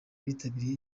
bitabiriye